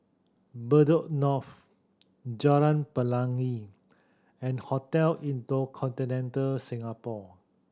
Bedok North Jalan Pelangi and Hotel InterContinental Singapore